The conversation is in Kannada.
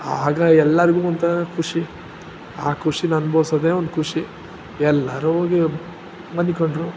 ಆಗ ಎಲ್ಲರಿಗೂ ಒಂಥರ ಖುಷಿ ಆ ಖುಷಿಯ ಅನ್ಭವಿಸೋದೇ ಒಂದು ಖುಷಿ ಎಲ್ಲರೂ ಹೋಗಿ ಮನಿಕೊಂಡ್ರು